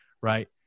right